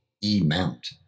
E-mount